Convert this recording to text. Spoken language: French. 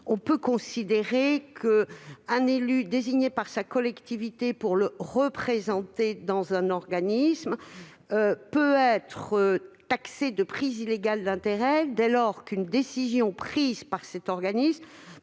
large, parce qu'un élu désigné par sa collectivité pour la représenter au sein d'un organisme peut être accusé de prise illégale d'intérêts, dès lors qu'une décision prise par cet organisme